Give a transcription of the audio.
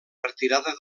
retirada